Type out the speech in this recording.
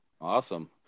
awesome